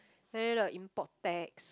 and then like import tax